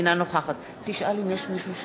אינה נוכחת רבותי,